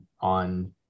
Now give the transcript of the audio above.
on